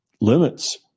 limits